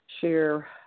share